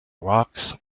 rocks